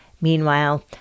Meanwhile